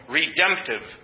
redemptive